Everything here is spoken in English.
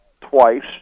twice